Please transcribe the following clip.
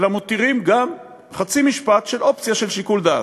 אלא מותירים גם חצי משפט של אופציה לשיקול דעת.